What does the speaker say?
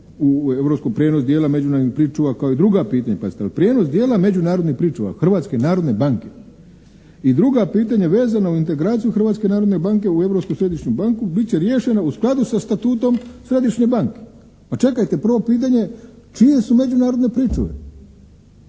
u europsko, prijenos dijela međunarodnih pričuva kao i druga pitanja, pazite. Ali prijenos dijela međunarodnih pričuva Hrvatske narodne banke. I druga pitanja vezano u integraciju Hrvatske narodne banke u Europsku središnju banku bit će riješeno u skladu sa statutom Središnje banke. Pa čekajte, prvo pitanje čije su međunarodne pričuve?